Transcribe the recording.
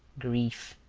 grief,